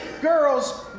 girls